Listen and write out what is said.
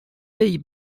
pays